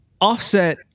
Offset